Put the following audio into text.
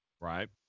Right